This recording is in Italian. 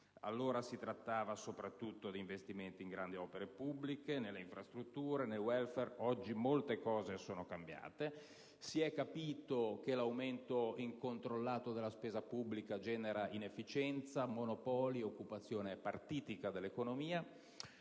Allora si trattava soprattutto di investimenti in grandi opere pubbliche, nelle infrastrutture, nel *welfare*. Oggi molte cose sono cambiate e si è capito che l'aumento incontrollato della spesa pubblica genera inefficienza, monopoli, occupazione partitica dell'economia.